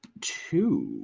two